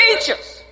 teachers